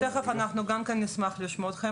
תיכף, אנחנו גם נשמח לשמוע אתכם.